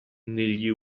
negli